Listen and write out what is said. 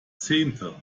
zehnte